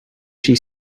she